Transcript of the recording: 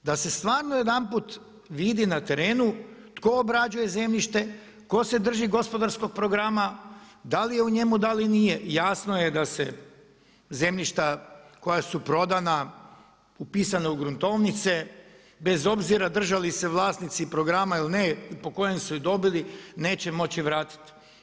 Da se stvarno jedanput vidi na terenu tko obrađuje zemljište, tko se drži gospodarskog programa, da li je u njemu, da li nije, jasno je da se zemljišta koja su prodana, upisana u gruntovnice, bez obzira držali se vlasnici programa ili ne po kojem su i dobili neće moći vratiti.